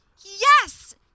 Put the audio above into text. yes